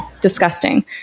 Disgusting